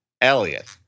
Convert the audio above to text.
Elliot